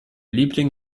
liebling